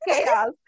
chaos